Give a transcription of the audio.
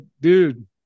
Dude